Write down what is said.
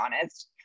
honest